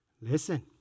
Listen